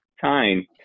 time